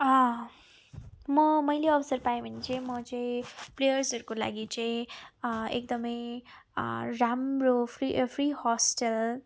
अँ म मैले अवसर पाएँ भने चाहिँ म चैँ प्लेयर्सहरूको लागि चाहिँ एकदमै राम्रो फ्री फ्री होसटेल